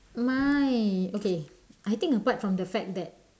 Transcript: mine okay I think apart from the fact that